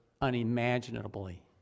unimaginably